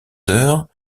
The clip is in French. heures